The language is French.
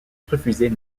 refusait